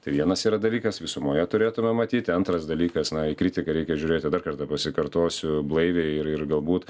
tai vienas yra dalykas visumoje turėtume matyti antras dalykas na į kritiką reikia žiūrėti dar kartą pasikartosiu blaiviai ir ir galbūt